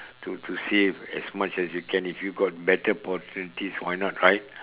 to to save as much as you can if you got better opportunities why not right